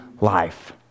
life